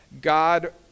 God